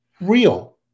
real